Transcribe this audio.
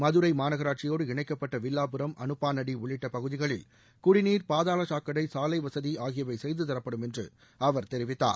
மதுரை மாநகராட்சியோடு இணைக்கப்பட்ட வில்லாப்புரம் அனுபானடி உள்ளிட்ட பகுதிகளில் குடிநீர் பாதாள சாக்கடை சாலை வசதி ஆகியவை செய்து தரப்படும் என்று அவர் தெரிவித்தார்